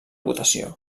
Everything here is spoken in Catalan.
votació